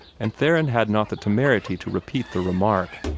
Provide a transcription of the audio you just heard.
and theron had not the temerity to repeat the remark.